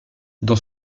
dans